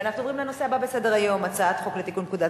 ואנחנו עוברים לנושא הבא בסדר-היום: הצעת חוק לתיקון פקודת